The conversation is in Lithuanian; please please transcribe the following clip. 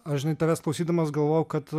ar žinai tavęs klausydamas galvojau kad